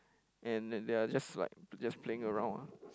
and they they are just like just playing around ah